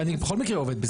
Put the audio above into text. אני בכל מקרה עובד בזה.